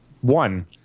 one